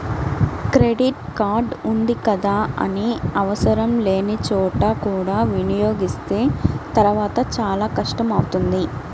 credit card ఉంది కదా అని ఆవసరం లేని చోట కూడా వినియోగిస్తే తర్వాత చాలా కష్టం అవుతుంది